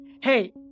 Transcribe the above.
Hey